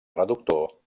reductor